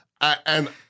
and-